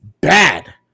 bad